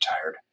retired